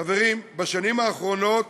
חברים, בשנים האחרונות